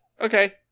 Okay